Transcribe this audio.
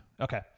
Okay